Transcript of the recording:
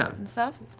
and stuff?